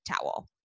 towel